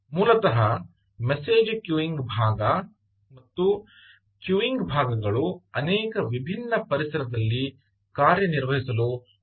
ಮೂಲತಃ message queuing ಭಾಗ ಹಾಗೂ ಕ್ಯೂಯಿಂಗ್ ಭಾಗಗಳು ಅನೇಕ ವಿಭಿನ್ನ ಪರಿಸರದಲ್ಲಿ ಕಾರ್ಯನಿರ್ವಹಿಸಲು ಸೂಕ್ತವಾಗಿದೆ